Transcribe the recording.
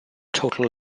total